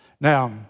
Now